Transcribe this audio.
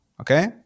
okay